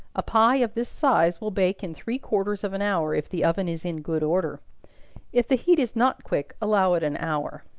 a pie of this size will bake in three-quarters of an hour, if the oven is in good order if the heat is not quick allow it an hour.